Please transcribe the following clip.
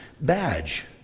badge